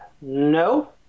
no